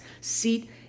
seat